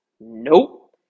Nope